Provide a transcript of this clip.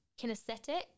kinesthetic